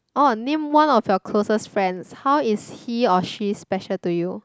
oh name one of your closest friend how is he or she special to you